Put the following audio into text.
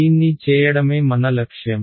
దీన్ని చేయడమే మన లక్ష్యం